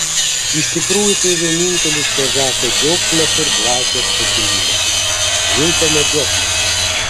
iš tikrųjų tai vienintelis kazacho džiaugsmas ir dvasios pakilimas vilko medžioklė